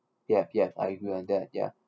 yup yup I agree on that ya